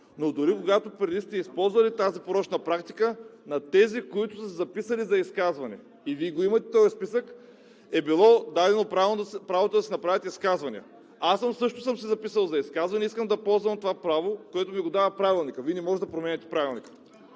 но дори когато преди сте използвали тази порочна практика, на тези, които са се записали за изказване – и Вие го имате този списък – е било дадено правото да си направят изказвания! Аз също съм се записал за изказване и искам да ползвам това право, което ми го дава Правилника. Вие не може да променяте Правилника.